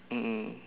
mm mm